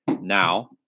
now